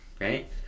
right